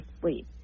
sleep